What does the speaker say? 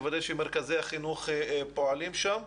לוודא שמרכזי החינוך פועלים שם,